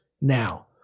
now